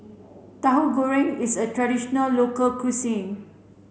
Tahu Goreng is a traditional local cuisine